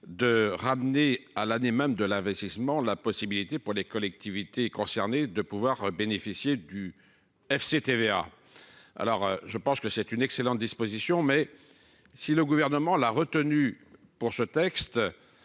de ramener à l’année même de l’investissement la possibilité pour les collectivités concernées de bénéficier du FCTVA. Je pense que c’est une excellente disposition. Le Gouvernement l’a retenue dans ce texte,